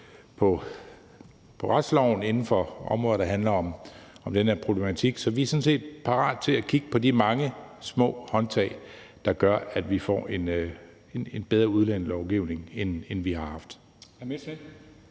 på retsplejeloven inden for områder, der handler om den her problematik. Så vi er sådan set parat til at kigge på de mange små håndtag, der gør, at vi får en bedre udlændingelovgivning, end vi har haft.